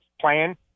plan